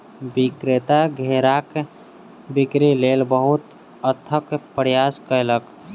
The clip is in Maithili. विक्रेता घेराक बिक्री लेल बहुत अथक प्रयास कयलक